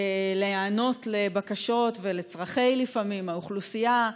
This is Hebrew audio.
להיענות לבקשות ולצורכי האוכלוסייה לפעמים,